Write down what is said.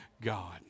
God